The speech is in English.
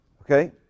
okay